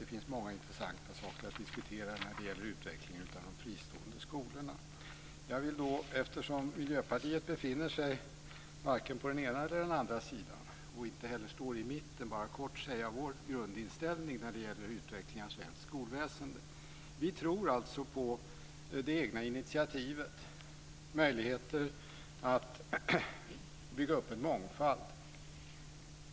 Det finns många intressanta saker att diskutera när det gäller utvecklingen av de fristående skolorna. Eftersom Miljöpartiet varken befinner sig på den ena eller den andra sidan och inte heller står i mitten vill jag kortfattat framföra vår grundinställning när det gäller utvecklingen av svenskt skolväsende. Vi tror alltså på det egna initiativet och möjligheten att bygga upp en mångfald